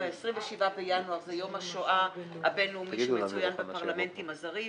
ה-27 בינואר הוא יום השואה הבין-לאומי שמצוין בפרלמנטים הזרים.